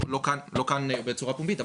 לא כאן בצורה פומבית,